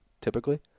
typically